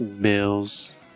Bills